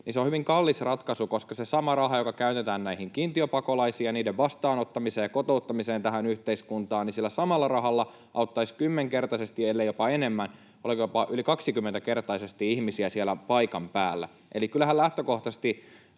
se on hyvin kallis ratkaisu, koska sillä samalla rahalla, joka käytetään näihin kiintiöpakolaisiin ja heidän vastaanottamiseensa ja kotouttamiseensa tähän yhteiskuntaan, autettaisiin kymmenkertaisesti ellei jopa enemmän, oliko jopa yli 20-kertaisesti, ihmisiä siellä paikan päällä. Eli kyllähän lähtökohtaisesti